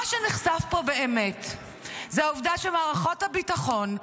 מה שנחשף פה באמת היא העובדה שמערכת הביטחון,